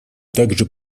также